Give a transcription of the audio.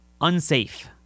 Unsafe